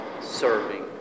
serving